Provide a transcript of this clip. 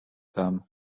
tam